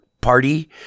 party